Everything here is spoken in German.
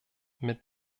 mit